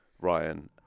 Ryan